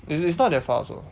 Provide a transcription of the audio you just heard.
it's it's not that far also